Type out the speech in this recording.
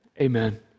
Amen